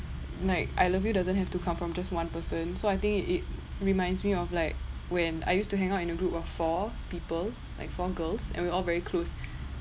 like I love you doesn't have to come from just one person so I think it reminds me of like when I used to hang out in a group of four people like four girls and we all very close